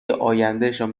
آیندهشان